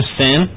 sin